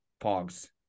pogs